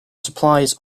supplies